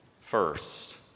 First